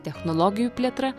technologijų plėtra